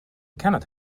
cannot